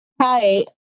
Hi